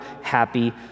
happy